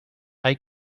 hay